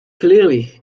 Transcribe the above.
clearly